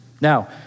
Now